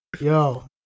Yo